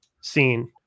seen